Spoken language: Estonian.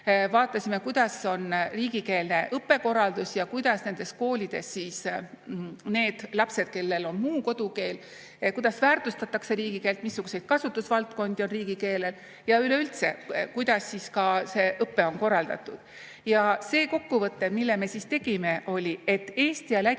vaatasime, milline on riigikeele õppe korraldus, kuidas nendes koolides need lapsed, kellel on muu kodukeel, väärtustavad riigikeelt, missuguseid kasutusvaldkondi on riigikeelel ja kuidas üleüldse see õpe on korraldatud. Ja see kokkuvõte, mille me tegime, oli, et Eesti ja Läti